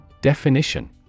Definition